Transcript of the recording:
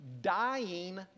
dying